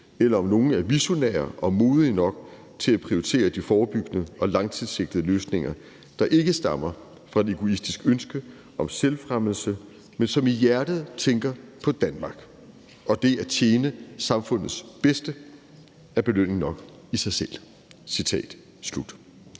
eller om nogle er visionære og modige nok til at prioriterer de forebyggende og mere langtidssigtede løsninger, der ikke stammer fra et egoistisk ønske om selvfremmelse, men som i hjertet tænker på Danmark, og hvor det at tjene samfundets bedste er belønning nok i sig selv.«